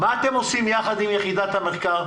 מה אתם עושים יחד עם יחידת המחקר?